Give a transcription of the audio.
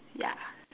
ya